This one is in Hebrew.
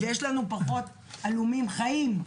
ויש לנו פחות הלומים חיים.